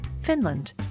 Finland